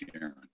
Aaron